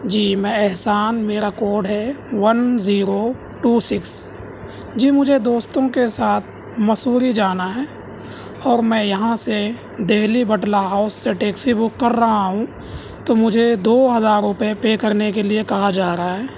جی میں احسان میرا کوڈ ہے ون زیرو ٹو سکس جی مجھے دوستوں کے ساتھ مسوری جانا ہے اور میں یہاں سے دہلی بٹلہ ہاؤس سے ٹیکسی بک کر رہا ہوں تو مجھے دو ہزار روپے پے کرنے کے لیے کہا جا رہا ہے